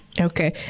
Okay